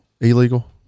illegal